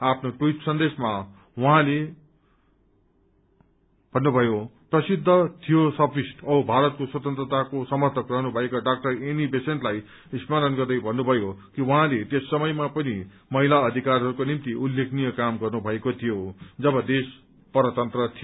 आफ्नो ट्वीट सन्देशमा theosophist औ भारतको स्वतन्त्रताको समर्थक रहनु भएका डा एनी बेसेन्तलाई स्मरण गर्दै भन्नुभयो कि उहाँले त्यस समयमा पनि महिला अधिकारहरूको निम्ति उल्लेखनीय काम गर्नुभएको थियो जब देश परतन्त्र थियो